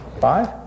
Five